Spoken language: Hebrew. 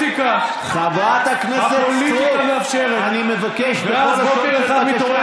כיצד עומדת כאן חברת כנסת, אני קורא אותך קריאה